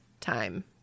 time